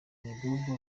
ndibuka